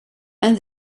and